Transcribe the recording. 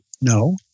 no